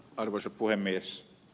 arvoisa puhemies